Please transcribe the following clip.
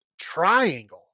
triangle